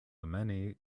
many